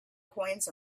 coins